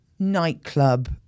nightclub